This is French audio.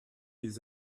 les